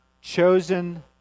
chosen